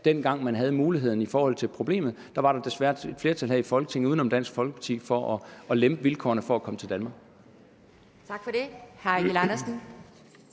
dengang man havde muligheden. Dengang var der desværre et flertal her i Folketinget uden om Dansk Folkeparti for at lempe vilkårene for at komme til Danmark. Kl. 11:48 Anden